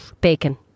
Bacon